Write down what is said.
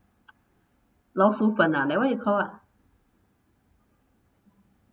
老鼠粉 ah that one you call what